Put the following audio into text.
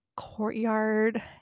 courtyard